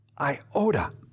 iota